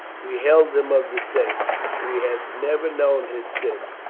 we held him of the saints we had never known his sin,